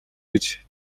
гэж